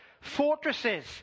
fortresses